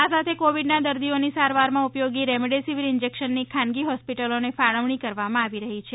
આ સાથે કોવિડનાં દર્દીઓની સારવારમાં ઉપયોગી રેમડેસીવીર ઈન્જેકેશનની ખાનગી હોસ્પીટલોને ફાળવણી કરવામાં આવી રહી છે